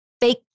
fake